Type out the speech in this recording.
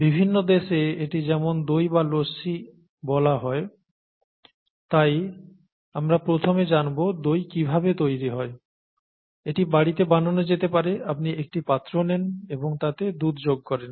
বিভিন্ন দেশে এটি যেমন দই বা লস্যি বলা হয় তাই আমরা প্রথমে জানব দই কিভাবে তৈরি হয় এটি বাড়িতে বানানো যেতে পারে আপনি একটি পাত্র নেন এবং তাতে দুধ যোগ করেন